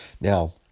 Now